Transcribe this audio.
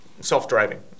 self-driving